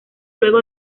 luego